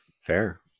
Fair